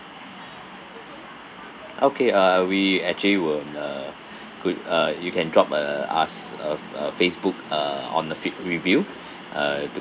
okay uh we actually when a good uh you can drop uh us a a Facebook uh on the feed review uh